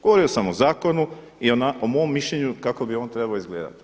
Govorio sam o zakonu i o mom mišljenju kako bi on trebao izgledati.